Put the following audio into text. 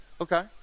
okay